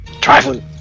Trifling